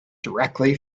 directly